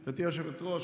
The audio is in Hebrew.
היושבת-ראש,